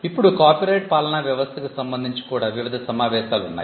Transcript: ఇప్పుడు కాపీరైట్ పాలనా వ్యవస్థకు సంబంధించి కూడా వివిధ సమావేశాలు ఉన్నాయి